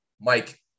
mike